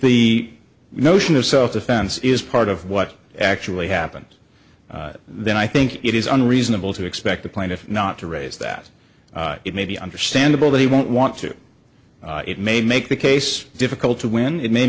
the notion of self defense is part of what actually happens then i think it is unreasonable to expect the plaintiff not to raise that it may be understandable that he won't want to it may make the case difficult to win it may